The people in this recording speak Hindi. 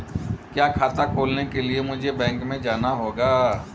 क्या खाता खोलने के लिए मुझे बैंक में जाना होगा?